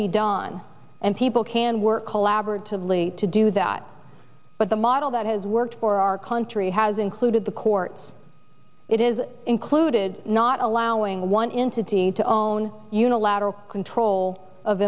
be done and people can work collaboratively to do that but the model that has worked for our country has included the courts it is included not allowing one entity to own unilateral control of